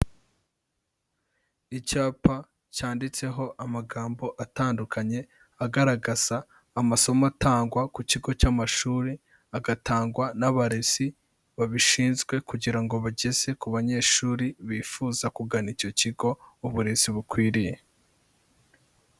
Icyapa cyanditseho amagambo atandukanye agaragaza amasomo atangwa ku kigo cy'amashuri, agatangwa n'abarezi babishinzwe kugira ngo bageze ku banyeshuri bifuza kugana icyo kigo uburezi bukwiriye.